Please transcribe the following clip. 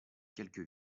quelques